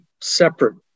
separate